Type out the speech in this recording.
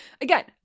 Again